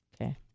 Okay